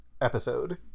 episode